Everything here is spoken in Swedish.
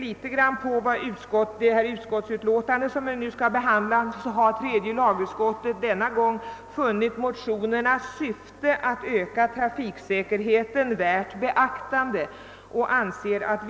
I det utlåtande vi nu behandlar skriver utskottet bl a.: »Utskottet finner motionernas syfte att öka trafiksäkerheten för sparkstöttingförare värt beaktande.